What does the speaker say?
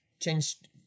changed